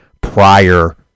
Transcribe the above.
prior